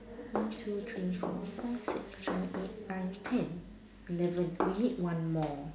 one two three four five six seven eight nine ten eleven we need one more